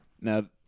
Now